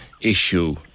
issue